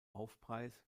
aufpreis